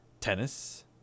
Tennis